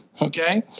okay